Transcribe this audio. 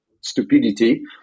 stupidity